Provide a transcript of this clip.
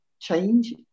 Change